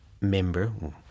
member